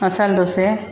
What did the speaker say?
masala dosa